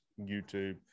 youtube